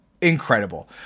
incredible